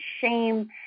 shame